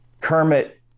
Kermit